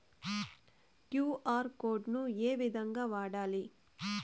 QR code ను ఏ విధంగా వాడాలి?